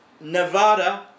Nevada